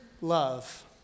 love